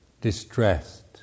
distressed